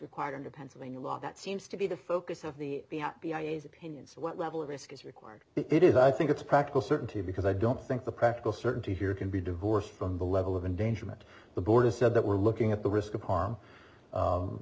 under pennsylvania law that seems to be the focus of the opinion so what level of risk is required it is i think it's practical certainty because i don't think the practical certainty here can be divorced from the level of endangerment the board has said that we're looking at the risk of harm